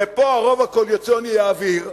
ופה הרוב הקואליציוני יעביר,